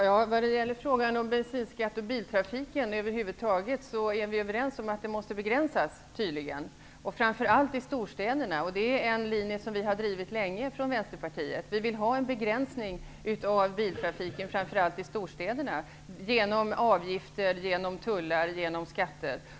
Herr talman! Vad gäller frågan om bensinskatt och biltrafik över huvud taget, är vi tydligen överens om att biltrafiken behöver begränsas, framför allt i storstäderna. Den linjen har vi i Vänsterpartiet drivit länge. Vi vill ha en begränsning av biltrafiken, framför allt i storstäderna, genom avgifter, tullar och skatter.